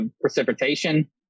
precipitation